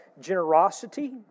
generosity